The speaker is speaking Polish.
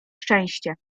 szczęście